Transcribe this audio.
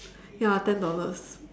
ya ten dollars